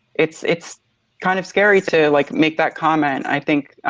it's it's kind of scary to like make that comment. i think